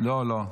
לא, לא.